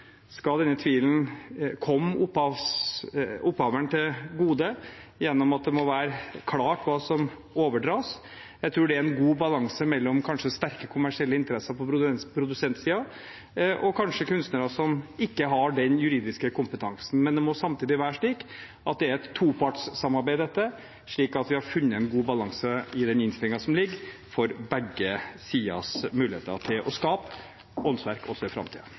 skal denne tvilen komme opphaveren til gode, gjennom at det må være klart hva som overdras. Jeg tror det er en god balanse mellom kanskje sterke kommersielle interesser på produsentsiden og kunstnere som kanskje ikke har den juridiske kompetansen. Men det må samtidig være slik at dette er et topartssamarbeid. Vi har i den innstillingen som foreligger, funnet en god balanse for begge siders muligheter til å skape åndsverk også i